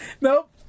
nope